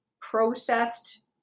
processed